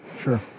Sure